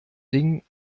ding